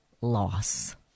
loss